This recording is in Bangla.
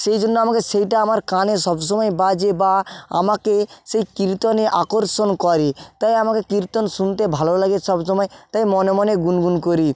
সেই জন্য আমাকে সেইটা আমার কানে সবসময় বাজে বা আমাকে সেই কীর্তনে আকর্ষণ করে তাই আমাকে কীর্তন শুনতে ভালো লাগে সবসময় তাই মনে মনে গুনগুন করি